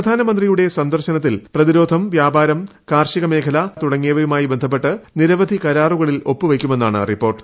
പ്രധാനമന്ത്രിയുടെ സന്ദർശനത്തിൽ പ്രതിരോധം വ്യാപാരം കാർഷിക മേഖല സാംസ്കാരികം തുടങ്ങിയവയുമായി ബന്ധപ്പെട്ട് നിരവധി കരാറുകളിൽ ഒപ്പുവയ്ക്കുമെന്നാണ് റിപ്പോർട്ട്